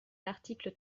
l’article